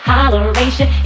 Holleration